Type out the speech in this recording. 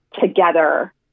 together